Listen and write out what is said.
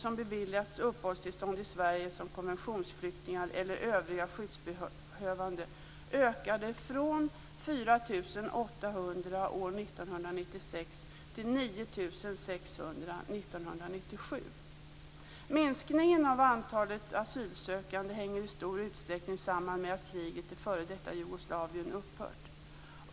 Minskningen av antalet asylsökande hänger i stor utsträckning samman med att kriget i f.d. Jugoslavien upphört.